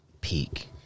peak